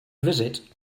visit